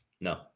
No